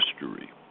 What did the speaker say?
history